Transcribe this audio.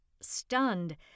Stunned